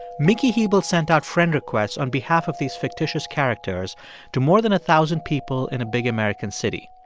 mikki hebl sent out friend requests on behalf of these fictitious characters to more than a thousand people in a big american city.